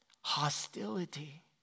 Hostility